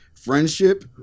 Friendship